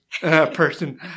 person